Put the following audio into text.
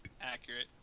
Accurate